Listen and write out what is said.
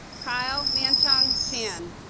kyle manchung chan